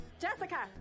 Jessica